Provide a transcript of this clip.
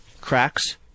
cracks